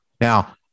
Now